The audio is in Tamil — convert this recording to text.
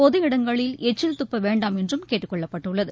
பொது இடங்களில் எச்சில் துப்ப வேண்டாம் என்றும் கேட்டுக் கொள்ளப்பட்டுள்ளது